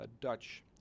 Dutch